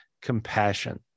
compassion